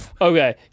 Okay